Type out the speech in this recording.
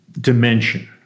dimension